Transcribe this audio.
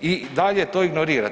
i dalje to ignorirate.